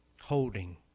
holding